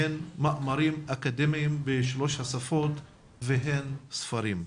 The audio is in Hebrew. הן מאמרים אקדמיים בשלוש השפות והן ספרים.